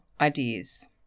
ideas